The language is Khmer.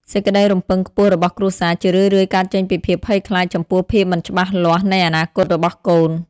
សេចក្តីរំពឹងខ្ពស់របស់គ្រួសារ ជារឿយៗកើតចេញពីភាពភ័យខ្លាចចំពោះភាពមិនច្បាស់លាស់នៃអនាគតរបស់កូន។